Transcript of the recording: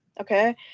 Okay